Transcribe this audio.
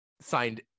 Signed